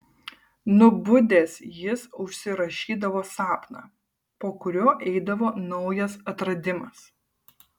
nubudęs jis užsirašydavo sapną po kurio eidavo naujas atradimas